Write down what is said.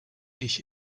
ich